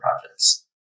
projects